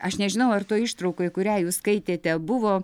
aš nežinau ar toj ištraukoj kurią jūs skaitėte buvo